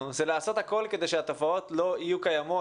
הוא לעשות הכול כדי שהתופעות לא יתקיימו,